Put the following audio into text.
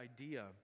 idea